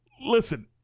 listen